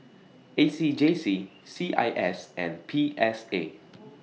A C J C C I S and P S A